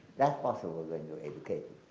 that's possible when you're educated.